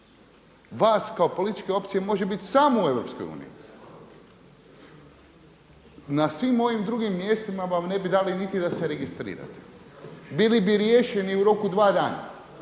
Vas kao političke opcije može bit samo u EU, na svim ovim drugim mjestima vam ne bi dali ni da se registrirate. Bili bi riješeni u roku dva dana